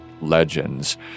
legends